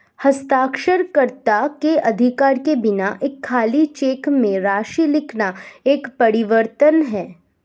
हस्ताक्षरकर्ता के अधिकार के बिना एक खाली चेक में राशि लिखना एक परिवर्तन है